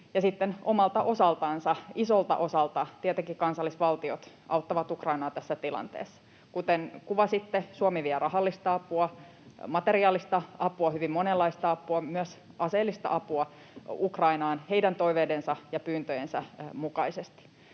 sitten omalta isolta osaltansa tietenkin kansallisvaltiot auttavat Ukrainaa tässä tilanteessa. Kuten kuvasitte, Suomi vie rahallista apua, materiaalista apua, hyvin monenlaista apua, myös aseellista apua Ukrainaan heidän toiveidensa ja pyyntöjensä mukaisesti.